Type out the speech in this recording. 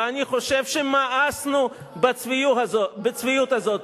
ואני חושב שמאסנו בצביעות הזאת.